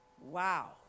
wow